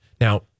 Now